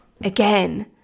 again